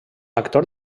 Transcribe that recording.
actor